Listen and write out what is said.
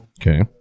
Okay